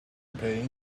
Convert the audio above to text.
pain